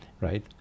right